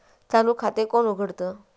चालू खाते कोण उघडतं?